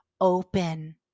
open